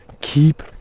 keep